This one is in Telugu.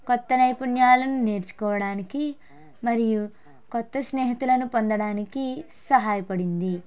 కొత్త నైపుణ్యాలను నేర్చుకోవడానికి మరియు కొత్త స్నేహితులను పొందడానికి సహాయపడింది